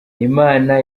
imana